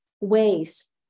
ways